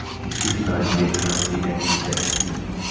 he scrutinised the apparently empty space keenly.